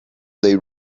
they